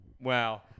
Wow